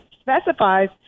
specifies